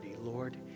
Lord